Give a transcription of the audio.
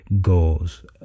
goals